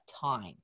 time